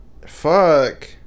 Fuck